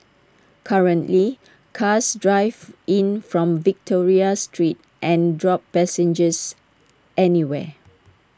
currently cars drive in from Victoria street and drop passengers anywhere